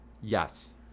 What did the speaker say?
Yes